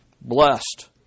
blessed